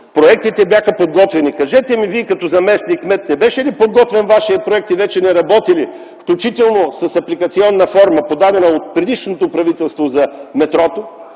проектите бяха подготвени. Кажете ми Вие като заместник-кмет, не беше ли подготвен вашият проект и вече не работи ли, включително с апликационна форма, подадена от предишното правителство за метрото?